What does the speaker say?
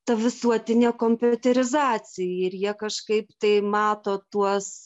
ta visuotinė kompiuterizacija ir jie kažkaip tai mato tuos